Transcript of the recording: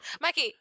Mikey